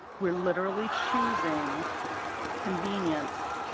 we are literally choosing convenience